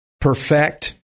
perfect